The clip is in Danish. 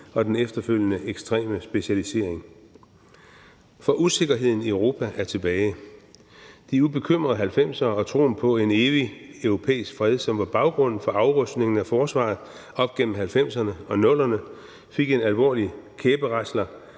og den efterfølgende ekstreme specialisering. For usikkerheden i Europa er tilbage, og de ubekymrede 1990'ere og troen på en evig europæisk fred, som var baggrunden for afrustningen af forsvaret op gennem 1990'erne og 00'erne, fik en alvorlig kæberasler